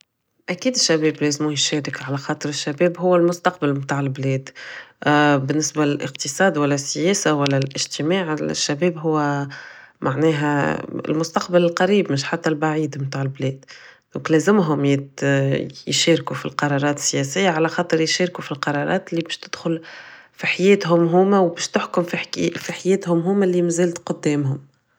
اكيد الشباب اازم يشارك على خاطر الشباب هو المستقبل متاع البلاد بالنسبة الاقتصاد ولا السياسة ولا الاجتماع الشباب هو معناها المستقبل القريب مش حتى البعيد متاع البلاد donc لازمهم يشاركو فلقرارات السياسية على خاكر يشاركوا فلقرارات اللي بش تدخل في حياتهم و بش تحكم في حياتهم هوما اللي مزالت قدامهم